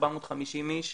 כ-450 איש,